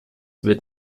wird